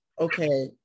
okay